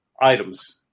items